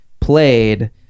played